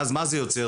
ואז מה זה יוצר,